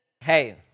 hey